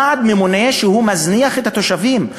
ועדה ממונה שמזניחה את התושבים,